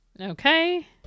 Okay